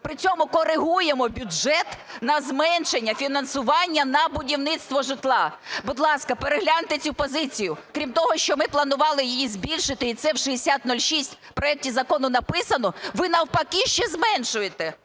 при цьому корегуємо бюджет на зменшення фінансування на будівництво житла! Будь ласка, перегляньте цю позицію. Крім того, що ми планували її збільшити, і це в 6006 проекті Закону написано, ви навпаки ще зменшуєте?!